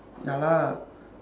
ya lah